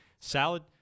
Salad